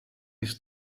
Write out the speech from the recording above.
his